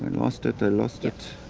and lost it, i lost it.